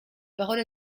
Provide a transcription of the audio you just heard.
parole